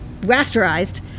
rasterized